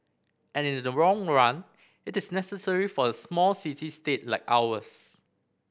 and in the long run it is necessary for a small city state like ours